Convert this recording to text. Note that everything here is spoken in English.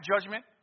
judgment